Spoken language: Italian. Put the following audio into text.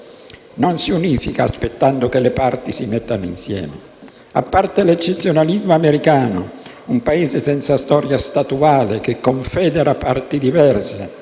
non si unifica aspettando che le parti si mettano insieme. A parte l'eccezionalismo americano, un Paese senza storia statuale che confedera parti diverse